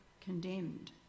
condemned